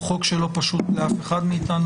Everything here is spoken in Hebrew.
הוא חוק שלא פשוט לאף אחד מאיתנו.